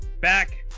back